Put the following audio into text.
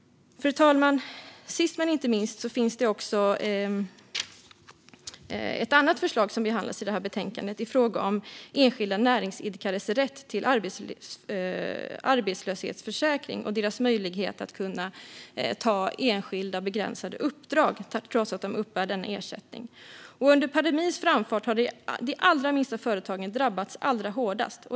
Fru talman! Sist men inte minst behandlas i detta betänkande ett förslag i fråga om enskilda näringsidkares rätt till arbetslöshetsförsäkring och deras möjlighet att ta enskilda begränsade uppdrag trots att de uppbär ersättning. Under pandemins framfart har de allra minsta företagen drabbats allra hårdast.